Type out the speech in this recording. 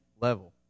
level